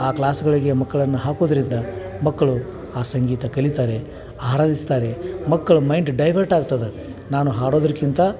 ಆ ಕ್ಲಾಸ್ಗಳಿಗೆ ಮಕ್ಕಳನ್ನು ಹಾಕೋದರಿಂದ ಮಕ್ಕಳು ಆ ಸಂಗೀತ ಕಲೀತಾರೆ ಆರಾಧಿಸ್ತಾರೆ ಮಕ್ಕಳ ಮೈಂಡ್ ಡೈವರ್ಟ್ ಆಗ್ತದೆ ನಾನು ಹಾಡೋದಕ್ಕಿಂತ